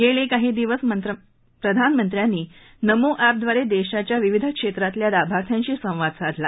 गेले काही दिवस प्रधानमंत्र्यांनी नमो अॅपद्वारे देशाच्या विविध क्षेत्रातल्या लाभार्थ्यांशी संवाद साधला